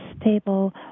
stable